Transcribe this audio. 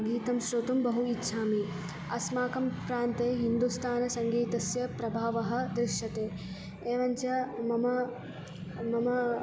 गीतुं श्रोतुं बहु इच्छामि अस्माकं प्रान्ते हिन्दुस्तानसङ्गीतस्य प्रभावः दृश्यते एवञ्च मम मम